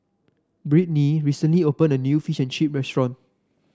Brittnay recently opened a new Fish and Chips restaurant